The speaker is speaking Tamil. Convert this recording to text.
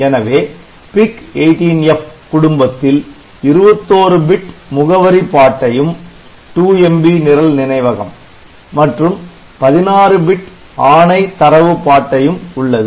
எனவே PIC18F குடும்பத்தில் 21 பிட் முகவரி பாட்டையும்2MB நிரல் நினைவகம் மற்றும் 16 பிட் ஆணை தரவு பாட்டையும் உள்ளது